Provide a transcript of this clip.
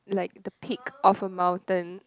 like the peak of a mountain